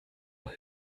alle